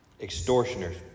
extortioners